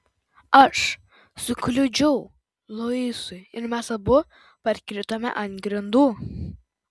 aš sukliudžiau luisui ir mes abu parkritome ant grindų